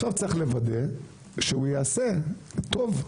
עכשיו צריך לוודא שהוא ייעשה טוב.